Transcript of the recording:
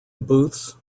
booths